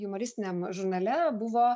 jumoristiniam žurnale buvo